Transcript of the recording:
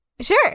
sure